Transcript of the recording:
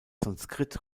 sanskrit